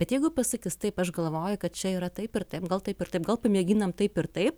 bet jeigu pasakys taip aš galvoju kad čia yra taip ir taip gal taip ir taip gal pamėginam taip ir taip